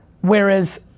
Whereas